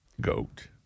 GOAT